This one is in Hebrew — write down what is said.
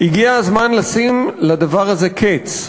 הגיע הזמן לשים לדבר הזה קץ,